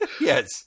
Yes